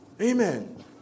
Amen